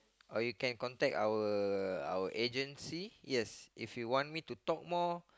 or you can contact our our agency yes if you want me to talk more